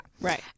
Right